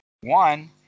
One